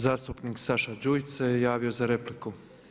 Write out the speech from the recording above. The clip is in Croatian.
Zastupnik Saša Đujić se javio za repliku.